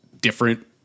different